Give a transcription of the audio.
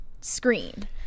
screen